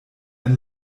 ein